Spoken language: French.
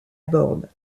borde